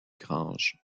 granges